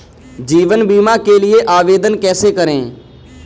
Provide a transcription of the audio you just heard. जीवन बीमा के लिए आवेदन कैसे करें?